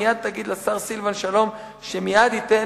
מייד תגיד לשר סילבן שלום שמייד ייתן